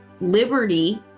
liberty